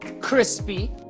crispy